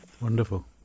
Wonderful